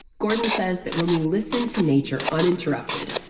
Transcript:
gordon says that when we listen to nature, uninterrupted,